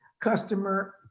customer